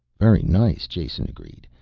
very nice, jason agreed,